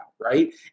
Right